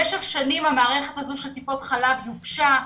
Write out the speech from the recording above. במשך שנים מערכת טיפות החלב יובשה,